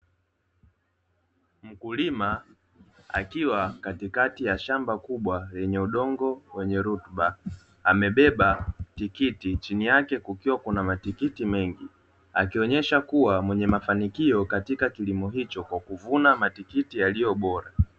Mkulima akiwa katikati ya shamba kubwa lenye udongo wenye rutuba, amebeba tikiti chini yake kukiwa kuna matikiti mengi. Akionyesha kuwa mwenye mafanikio katika kilimo hicho kwa kuvuna matikiti yaliyo bora.